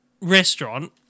restaurant